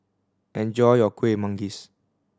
enjoy your Kueh Manggis